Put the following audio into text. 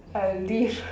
I wish